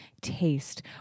taste